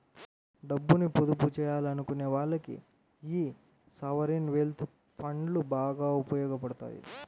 డబ్బుని పొదుపు చెయ్యాలనుకునే వాళ్ళకి యీ సావరీన్ వెల్త్ ఫండ్లు బాగా ఉపయోగాపడతాయి